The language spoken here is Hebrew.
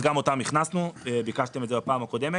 אז גם אותם הכנסנו, ביקשתם את זה בפעם הקודמת.